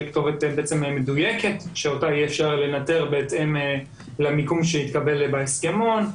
כתובת מדויקת שאותה יהיה אפשר לנטר בהתאם למיקום שהתקבל בהסכמון.